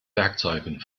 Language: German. werkzeugen